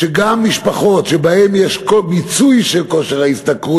לכך שגם משפחות שבהן יש מיצוי של כושר ההשתכרות